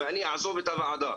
ואני אעזוב את הוועדה.